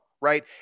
right